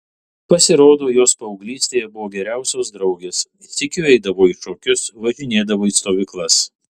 pasirodo jos paauglystėje buvo geriausios draugės sykiu eidavo į šokius važinėdavo į stovyklas